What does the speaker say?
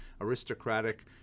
aristocratic